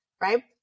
right